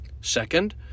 Second